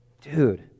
Dude